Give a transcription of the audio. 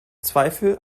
zweifel